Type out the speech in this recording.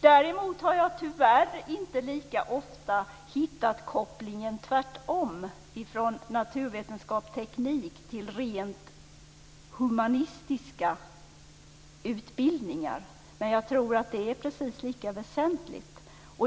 Däremot har jag tyvärr inte lika ofta hittat kopplingen tvärtom, från naturvetenskap och teknik till rent humanistiska utbildningar. Men jag tror att det är precis lika väsentligt.